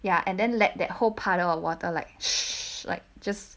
ya and then like that whole puddle of water like like just